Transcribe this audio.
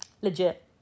legit